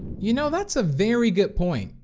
you know, that's a very good point.